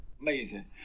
Amazing